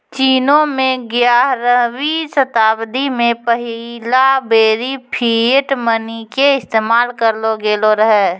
चीनो मे ग्यारहवीं शताब्दी मे पहिला बेरी फिएट मनी के इस्तेमाल करलो गेलो रहै